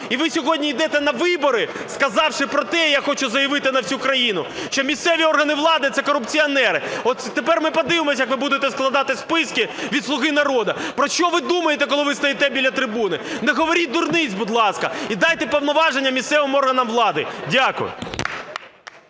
і ви сьогодні йдете на вибори, сказавши про те, я хочу заявити на всю країну, що місцеві органи влади – це корупціонери. От тепер ми подивимося, як ви будете складати списки від "Слуги народу". Про що ви думаєте, коли ви стоїте біля трибуни? Не говоріть дурниць, будь ласка. І дайте повноваження місцевим органам влади. Дякую.